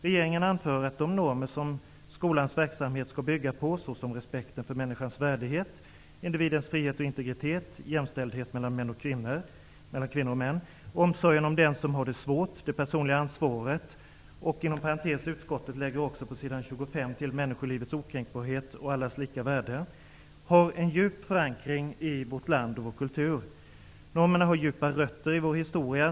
Regeringen anför att de normer som skolans verksamhet skall bygga på -- såsom respekt för människans värdighet, individens frihet och integritet, jämställdhet mellan kvinnor och män, omsorgen om den som har det svårt, det personliga ansvaret'' -- utskottet lägger också på s. 25 till orden människolivets okränkbarhet och allas lika värde -- ''har en djup förankring i vårt land och vår kultur. Normerna har djupa rötter i vår historia.